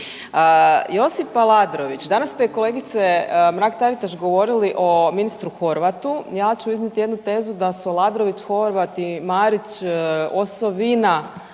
Josip Aladrović, danas ste kolegice Mrak-Taritaš govorili o ministru Horvatu. Ja ću iznijeti jednu tezu da su Aladrović, Horvat i Marić osovina